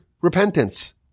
repentance